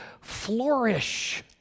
flourish